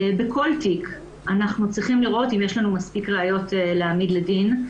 בכל תיק אנחנו צריכים לראות אם יש לנו מספיק ראיות להעמיד לדין.